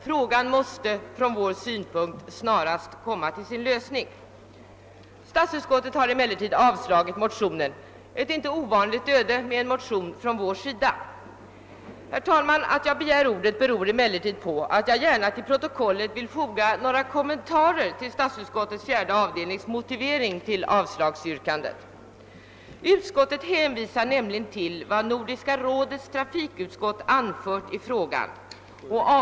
Frågan måste från vår synpunkt snarast komma till sin lösning. Statsutskottet har emellertid avstyrkt motionen — ett inte ovanligt öde för en motion från moderata samlingspartiets sida. Herr talman! Att jag begärt ordet beror på att jag gärna till protokollet vill foga några kommentarer till statsutskot tets fjärde avdelnings motivering för sitt avslagsyrkande. Utskottet hänvisar nämligen kort och gott till vad Nordiska rådets trafikutskott anfört i frågan.